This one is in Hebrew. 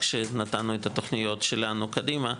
שנתנו את התוכניות שלנו קדימה,